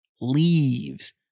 leaves